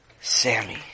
Sammy